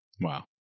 Wow